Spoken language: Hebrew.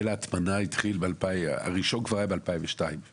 הנושא של קרן הניקיון החל כבר אז.